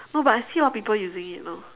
no but I see a lot people using it now